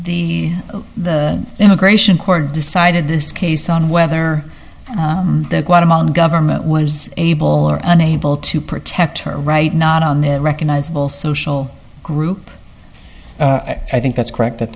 the the immigration court decided this case on whether the guatemalan government was able or unable to protect her right not on their recognizable social group i think that's correct that